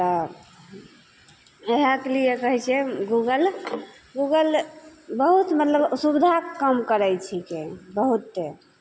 तऽ इएहके लिए कहै छिए गूगल गूगल बहुत मतलब सुविधाके काम करै छिकै बहुते